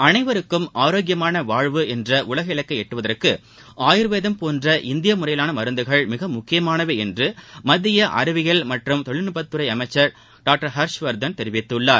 அளைவருக்கும் ஆரோக்கியமான வாழ்வு என்ற உலக இலக்கை எட்டுவதற்கு ஆயூர்வேதம் போன்ற இந்திய முறையிலான மருந்துகள் மிக முக்கியமானவை என்று மத்திய அறிவியல் மற்றும் தொழில்நுட்பத்துறை அமைச்சர் டாக்டர் ஹர்ஷ் வர்தன் தெரிவித்துள்ளார்